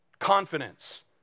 Confidence